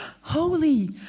holy